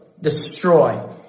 destroy